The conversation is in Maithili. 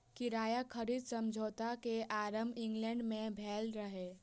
किराया खरीद समझौता के आरम्भ इंग्लैंड में भेल रहे